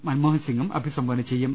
മൻമോഹൻസിങും അഭിസംബോധന ചെയ്യും